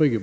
gången.